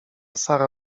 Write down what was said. sara